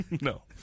No